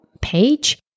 page